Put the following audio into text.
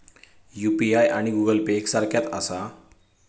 UPI आणि Google Pay एक सारख्याच आसा?